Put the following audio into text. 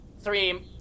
three